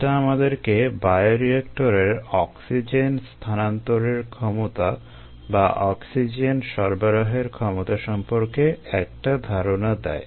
এটা আমাদেরকে বায়োরিয়েক্টরের অক্সিজেন স্থানান্তরের ক্ষমতা বা অক্সিজেন সরবরাহের ক্ষমতা সম্পর্কে একটা ধারণা দেয়